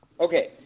Okay